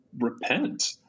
repent